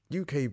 UK